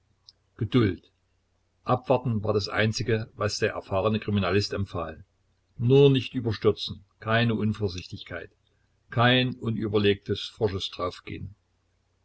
geduld abwarten war das einzige was der erfahrene kriminalist empfahl nur nicht überstürzen keine unvorsichtigkeit kein unüberlegtes forsches